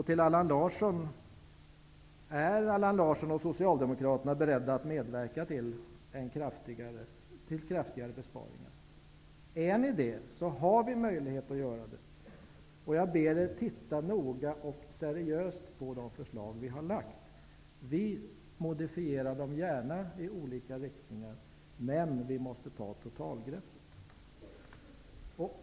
Till Allan Larsson: Är Allan Larsson och Socialdemokraterna beredda att medverka till kraftigare besparingar? Är ni det, har vi möjlighet att göra det. Jag ber er titta noga och seriöst på de förslag som vi har lagt fram. Vi modifierar dem gärna i olika riktningar, men vi måste ta totalgreppet.